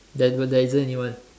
there there isn't anyone